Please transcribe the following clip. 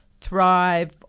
Thrive